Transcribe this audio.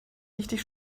richtig